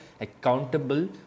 accountable